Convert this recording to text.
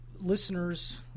listeners